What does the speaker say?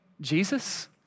Jesus